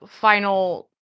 final